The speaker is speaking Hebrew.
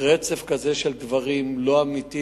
רצף כזה של דברים לא אמיתי,